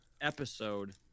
episode